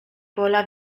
pola